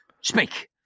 Speak